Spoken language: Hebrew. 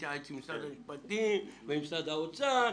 להתייעץ עם משרד המשפטים ועם משרד האוצר.